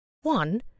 One